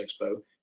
expo